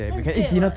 that's great [what]